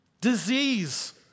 disease